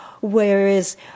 Whereas